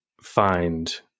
find